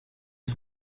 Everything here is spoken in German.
ist